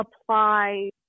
apply